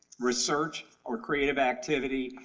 research, or creative activity,